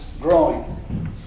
growing